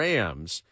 Rams